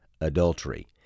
adultery